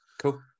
Cool